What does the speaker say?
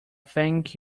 thank